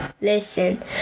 listen